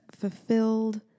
fulfilled